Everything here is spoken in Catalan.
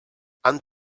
han